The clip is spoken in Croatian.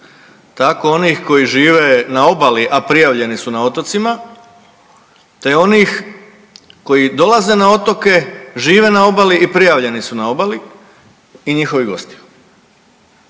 tako onih koji žive na obali, a prijavljeni su na otocima te onih koji dolaze na otoke, žive na obali i prijavljeni su na obali i njihovi gosti.